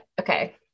Okay